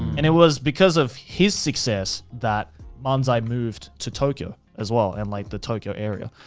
and it was because of his success that manzai moved to tokyo, as well, and like the tokyo area.